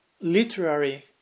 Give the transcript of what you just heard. literary